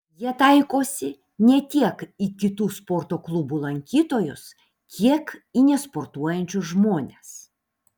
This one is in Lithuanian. jie taikosi ne tiek į kitų sporto klubų lankytojus kiek į nesportuojančius žmones